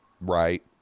right